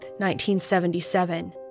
1977